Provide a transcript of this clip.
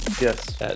Yes